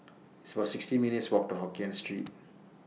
It's about sixty minutes' Walk to Hokkien Street